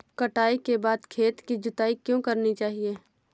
कटाई के बाद खेत की जुताई क्यो करनी चाहिए?